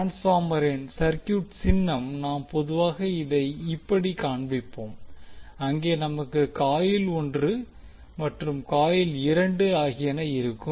ட்ரான்ஸ்பார்மரின் circuit சின்னம் நாம் பொதுவாக இதைக் இப்படி காண்பிப்போம் அங்கே நமக்கு காயில் ஒன்று மற்றும் காயில் இரண்டு ஆகியன இருக்கும்